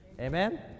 Amen